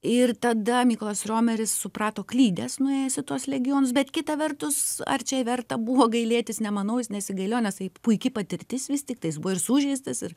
ir tada mykolas romeris suprato klydęs nuėjęs į tuos legionus bet kita vertus ar čia verta buvo gailėtis nemanau jis nesigailėjo nes tai puiki patirtis vis tik tai jis buvo ir sužeistas ir